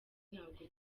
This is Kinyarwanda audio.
ntabwo